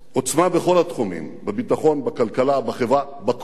עוצמה בכל התחומים: בביטחון, בכלכלה, בחברה, בכול,